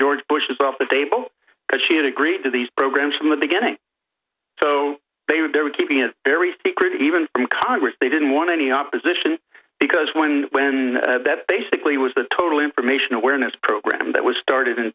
george bush is off the table because she had agreed to these programs from the beginning so they've been keeping it very secret even in congress they didn't want any opposition because when when that basically was the total information awareness program that was started in